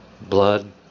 blood